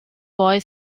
boy